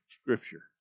Scripture